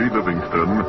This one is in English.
Livingston